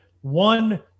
one